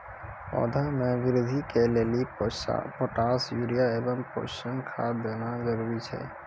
पौधा मे बृद्धि के लेली पोटास यूरिया एवं पोषण खाद देना जरूरी छै?